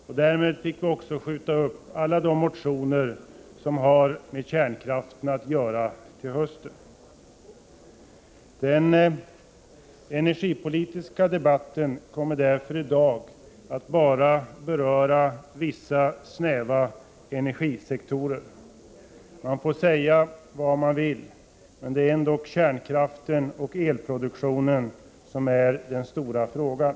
Och därmed fick vi också till hösten skjuta upp de motioner som har med kärnkraften att göra. Den energipolitiska debatten kommer därför i dag att bara beröra vissa snäva energisektorer. Man får säga vad man vill, men det är ändock kärnkraften och elproduktionen som är den stora frågan.